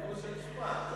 שירכוש על שמה.